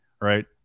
right